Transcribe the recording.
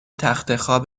تختخواب